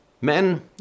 men